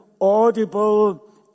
audible